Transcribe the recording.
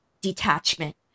detachment